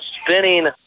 spinning